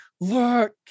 look